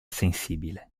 sensibile